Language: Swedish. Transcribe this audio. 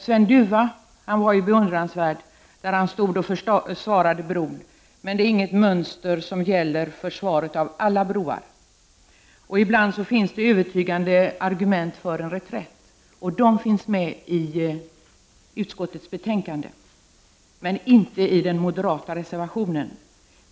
Sven Duva var ju beundransvärd där han stod och försvarade bron, men det är inget mönster som gäller försvaret av alla broar. Ibland finns det övertygande argument för en reträtt, och de finns med i utskottets betänkande men inte i den moderata reservationen.